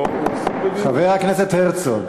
חבר הכנסת הרצוג.